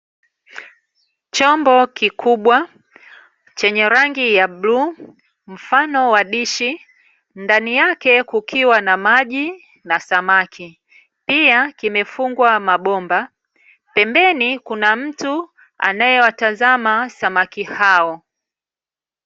Chombo kikubwa chenye rangi ya bluu, mfano wa dishi ndani yake kukiwa na maji na samaki; pia kimefungwa mabomba. Pembeni kuna mtu anayewatazama samaki hao.